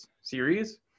series